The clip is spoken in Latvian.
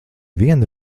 vien